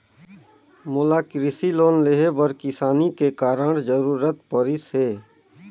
मोला कृसि लोन लेहे बर किसानी के कारण जरूरत परिस हे